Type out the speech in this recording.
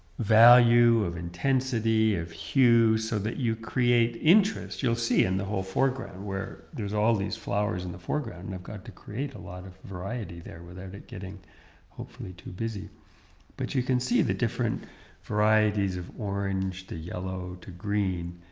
value of intensity of hue so that you create interest! you'll see in the whole foreground where there's all these flowers in the foreground and i've got to create a lot of variety there without it getting hopefully too busy but you can see the different varieties of orange, the yellow to green,